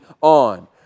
on